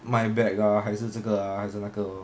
卖 bag ah 还是这个啊还是那个